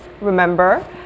remember